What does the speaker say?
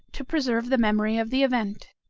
to preserve the memory of the event.